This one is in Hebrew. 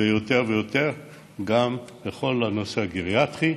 ויותר יותר גם בכל הנושא הגריאטרי,